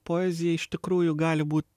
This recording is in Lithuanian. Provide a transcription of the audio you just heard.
poezija iš tikrųjų gali būt